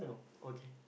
okay